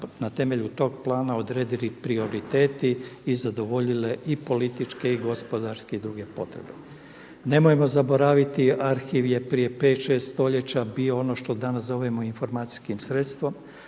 na temelju tog plana odredili prioriteti i zadovoljile i političke i gospodarske i druge potrebe. Nemojmo zaboraviti, arhiv je prije 5, 6 stoljeća bio ono što danas zovemo informacijskim sustavom